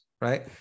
Right